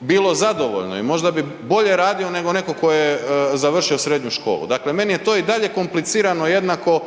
bilo zadovoljno i možda bih bolje radio nego netko tko je završio srednju školu. Dakle meni je to i dalje komplicirano jednako